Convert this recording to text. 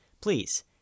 please